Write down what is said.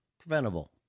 Preventable